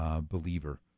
believer